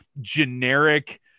generic